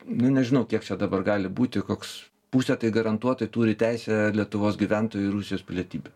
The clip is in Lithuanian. nu nežinau kiek čia dabar gali būti koks pusė tai garantuotai turi teisę lietuvos gyventojų į rusijos pilietybę